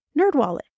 Nerdwallet